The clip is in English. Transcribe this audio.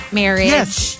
marriage